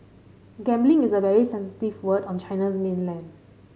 gambling is a very sensitive word on China's mainland